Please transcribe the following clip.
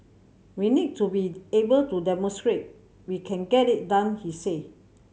we need to be able to demonstrate we can get it done he said